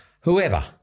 whoever